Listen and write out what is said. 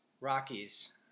Rockies